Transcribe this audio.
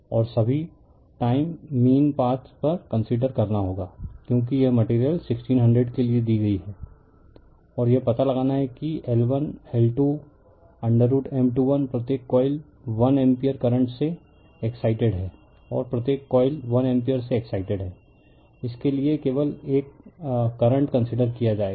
और सभी time mean path पर कंसीडर करना होगा क्योंकि यह मटेरियल 1600 के लिए दी गई है और यह पता लगाना है कि L1L2√M21 प्रत्येक कॉइल 1 एम्पीयर करंट से एक्साइटेड है और प्रत्येक कॉइल 1 एम्पीयर से एक्साइटेड है इसके लिए केवल करंट कंसीडर किया जाएगा